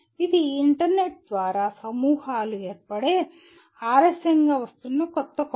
ఇది ఇంటర్నెట్ ద్వారా సమూహాలు ఏర్పడే ఆలస్యంగా వస్తున్న కొత్త కోణం